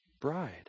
bride